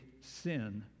sin